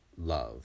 love